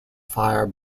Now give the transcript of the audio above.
fire